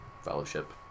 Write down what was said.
Fellowship